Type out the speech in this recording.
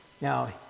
now